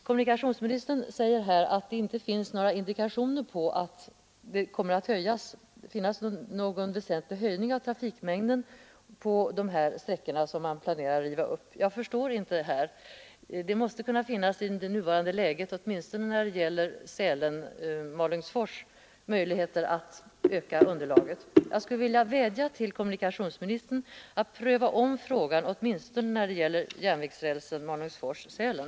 Kommunikationsministern säger att det inte finns några indikationer på att det kommer att bli någon väsentlig ökning av trafikmängden på de sträckor som man planerar att riva upp. Jag förstår inte det. Det måste i nuvarande läge finnas möjligheter, åtminstone när det gäller Sälen— Malungsfors, att öka underlaget. Jag skulle vilja vädja till kommunikationsministern att pröva om frågan åtminstone när det gäller järnvägsrälsen Malungsfors—Sälen.